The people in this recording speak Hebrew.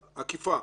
היא עקיפה.